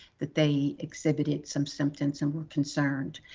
that they exhibited some symptoms and were concerned?